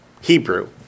Hebrew